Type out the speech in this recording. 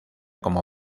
como